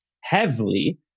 heavily